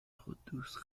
قدوس